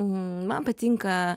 man patinka